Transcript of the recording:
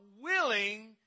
willing